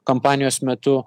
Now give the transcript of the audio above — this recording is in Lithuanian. kampanijos metu